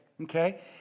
okay